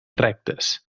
rectes